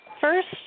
first